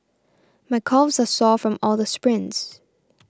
my calves are sore from all the sprints